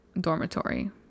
dormitory